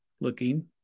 looking